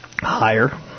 Higher